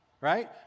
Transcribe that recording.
right